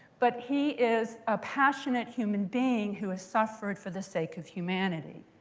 but he is a passionate human being who has suffered for the sake of humanity.